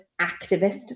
activist